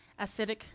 acidic